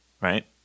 Right